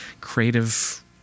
creative